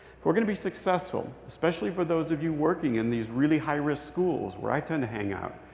if we're going to be successful, especially for those of you working in these really high-risk schools where i tend to hang out,